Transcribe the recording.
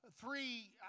three